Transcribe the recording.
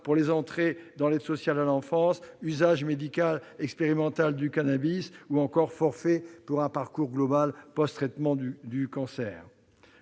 pour les entrées dans l'aide sociale à l'enfance, l'usage médical expérimental du cannabis ou encore le forfait pour un parcours global post-traitement aigu du cancer.